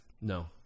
No